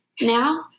now